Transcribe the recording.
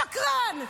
שקרן.